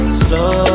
slow